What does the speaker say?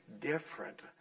different